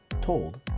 told